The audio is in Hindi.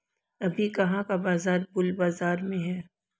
अभी कहाँ का बाजार बुल बाजार में है?